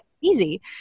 Easy